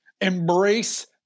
embrace